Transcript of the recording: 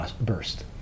burst